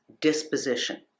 disposition